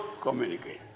communicate